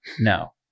No